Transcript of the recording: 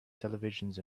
televisions